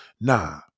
Nah